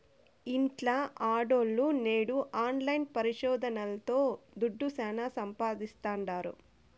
ఇంట్ల ఆడోల్లు నేడు ఆన్లైన్ పరిశోదనల్తో దుడ్డు శానా సంపాయిస్తాండారు